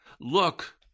Look